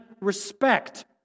respect